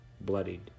bloodied